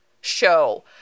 show